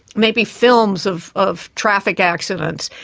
maybe films of of traffic accidents,